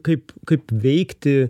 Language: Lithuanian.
kaip kaip veikti